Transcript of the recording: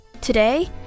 Today